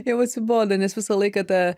jau atsibodo nes visą laiką ta